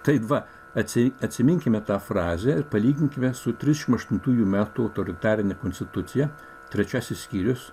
taip va atseit atsiminkime tą frazę ir palyginkim su trisdešimt aštuntųjų metų autoritarine konstitucija trečiasis skyrius